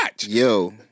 Yo